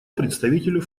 представителю